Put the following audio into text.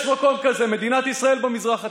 יש מקום כזה: מדינת ישראל במזרח התיכון.